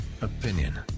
opinion